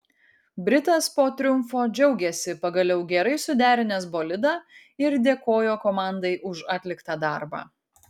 britas po triumfo džiaugėsi pagaliau gerai suderinęs bolidą ir dėkojo komandai už atliktą darbą